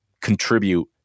contribute